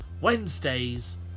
Wednesdays